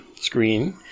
screen